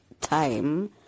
time